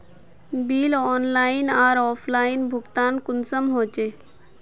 Bill online आर offline भुगतान कुंसम होचे?